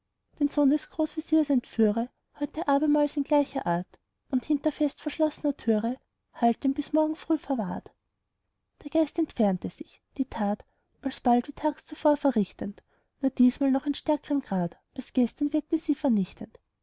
den sohn des großveziers entführe heut abermals in gleicher art und hinter fest verschlossner türe halt ihn bis morgen früh verwahrt der geist entfernte sich die tat alsbald wie tags zuvor verrichtend nur diesmal in noch stärkrem grad als gestern wirkte sie vernichtend